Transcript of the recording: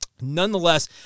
Nonetheless